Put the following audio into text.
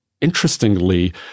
interestingly